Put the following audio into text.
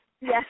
yes